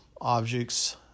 objects